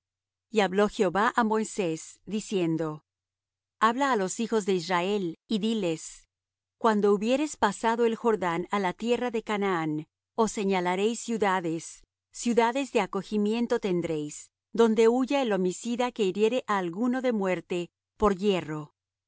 y habló jehová á moisés diciendo habla á los hijos de israel y diles cuando hubiereis pasado el jordán á la tierra de canaán os señalaréis ciudades ciudades de acogimiento tendréis donde huya el homicida que hiriere á alguno de muerte por yerro